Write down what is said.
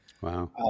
Wow